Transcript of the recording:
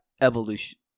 evolution